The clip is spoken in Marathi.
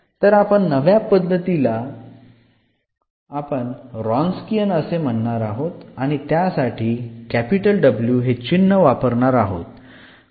तर अशा नव्या पद्धतीला आपण रॉन्सकीयन असे म्हणणार आहोत आणि त्याच्यासाठी W हे चिन्ह वापरनर आहोत